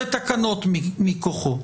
לתקנות מכוחו,